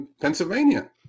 pennsylvania